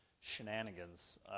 shenanigans